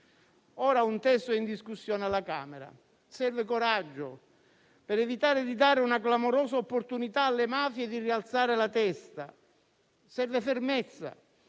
Ora un testo è in discussione alla Camera. Serve coraggio, per evitare di dare una clamorosa opportunità alle mafie di rialzare la testa; serve fermezza,